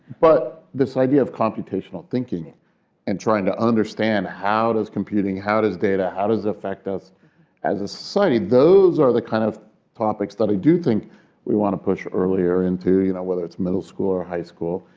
but this idea of computational thinking and trying to understand how does computing, how does data, how does it affect us as a society, those are the kind of topics that i do think we want to push earlier into you know whether it's middle school or high school.